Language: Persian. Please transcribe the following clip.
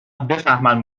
بفهمن